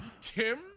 tim